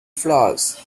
flowers